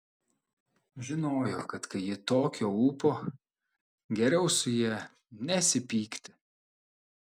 žinojo kad kai ji tokio ūpo geriau su ja nesipykti